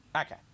Okay